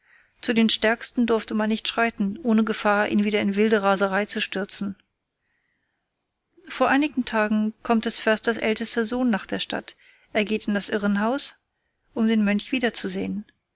zu den stärksten durfte man nicht schreiten ohne gefahr ihn wieder in wilde raserei zu stürzen vor einigen tagen kommt des försters ältester sohn nach der stadt er geht in das irrenhaus um den mönch wiederzusehen